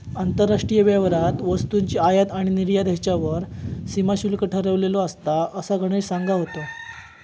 आंतरराष्ट्रीय व्यापारात वस्तूंची आयात आणि निर्यात ह्येच्यावर सीमा शुल्क ठरवलेला असता, असा गणेश सांगा होतो